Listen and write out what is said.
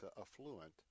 affluent